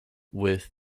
with